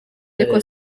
ariko